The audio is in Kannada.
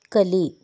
ಕಲಿ